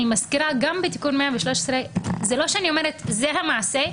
אני מזכירה שגם בתיקון 113 זה לא שאני אומרת זה המעשה,